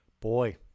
Boy